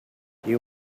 you